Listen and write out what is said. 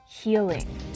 healing